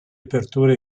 apertura